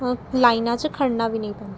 ਲਾਈਨਾਂ 'ਚ ਖੜ੍ਹਨਾ ਵੀ ਨਹੀਂ ਪੈਂ